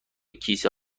کیسه